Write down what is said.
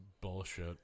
bullshit